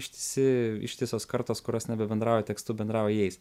ištisi ištisos kartos kurios nebebendrauja tekstu bendrauja jais